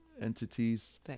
entities